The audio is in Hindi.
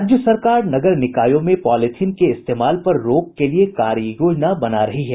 राज्य सरकार नगर निकायों में पॉलीथिन के इस्तेमाल पर रोक के लिए कार्ययोजना बना रही है